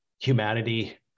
humanity